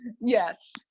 Yes